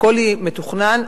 הכול מתוכנן.